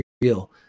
real